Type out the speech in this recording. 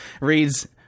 reads